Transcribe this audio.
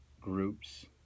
groups